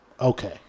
okay